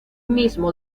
mismo